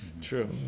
true